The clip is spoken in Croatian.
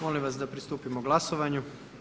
Molim vas da pristupimo glasovanju.